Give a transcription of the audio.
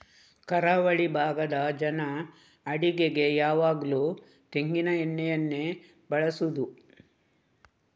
ಕರಾವಳಿ ಭಾಗದ ಜನ ಅಡಿಗೆಗೆ ಯಾವಾಗ್ಲೂ ತೆಂಗಿನ ಎಣ್ಣೆಯನ್ನೇ ಬಳಸುದು